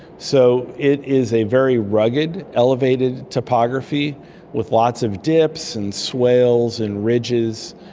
so it is a very rugged, elevated typography with lots of dips and swales and ridges,